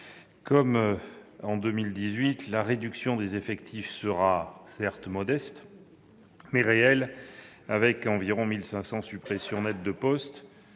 Comme en 2018, la réduction des effectifs sera certes modeste, mais réelle, avec environ 1 500 suppressions nettes de postes.